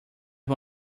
one